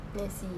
ah